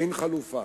אין חלופה.